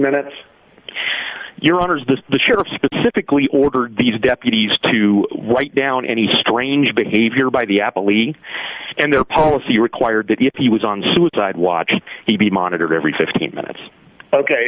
minutes your honor is this the sheriff specifically ordered these deputies to write down any strange behavior by the apple e and their policy required that if he was on suicide watch he'd be monitored every fifteen minutes